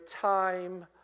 time